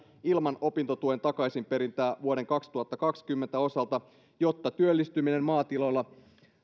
ilman opintotuen takaisinperintää vuoden kaksituhattakaksikymmentä osalta jotta työllistyminen maatiloilla